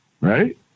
right